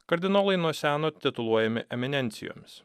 kardinolai nuo seno tituluojami eminencijomis